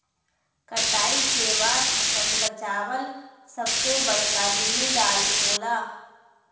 कटाई के बाद फसल बचावल सबसे बड़का जिम्मेदारी होला